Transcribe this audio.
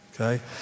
Okay